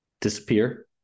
disappear